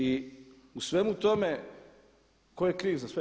I u svemu tome tko je kriv za sve?